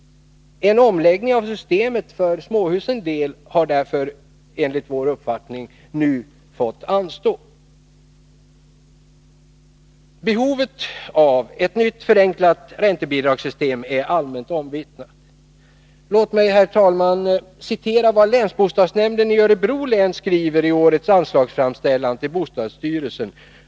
En omläggning av systemet får för småhusens del därför anstå. Behovet av ett nytt förenklat räntebidragssystem är allmänt omvittnat. Låt mig, herr talman, citera vad länsbostadsnämnden i Örebro län skriver i årets anslagsframställan till bostadsstyrelsen.